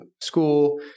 school